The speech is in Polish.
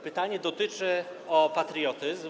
Pytanie dotyczy patriotyzmu.